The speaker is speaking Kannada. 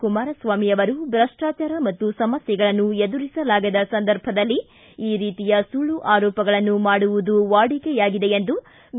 ಕುಮಾರಸ್ವಾಮಿ ಅವರು ಭ್ರಷ್ಟಾಚಾರ ಮತ್ತು ಸಮಸ್ಥೆಗಳನ್ನು ಎದುರಿಸಲಾಗದ ಸಂದರ್ಭದಲ್ಲಿ ಈ ರೀತಿಯ ಸುಳ್ಳು ಆರೋಪಗಳನ್ನು ಮಾಡುವುದು ವಾಡಿಕೆಯಾಗಿದೆ ಎಂದು ಬಿ